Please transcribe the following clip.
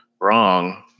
wrong